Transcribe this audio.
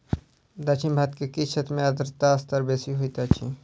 दक्षिण भारत के किछ क्षेत्र में आर्द्रता स्तर बेसी होइत अछि